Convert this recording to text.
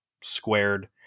squared